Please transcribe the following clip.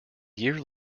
year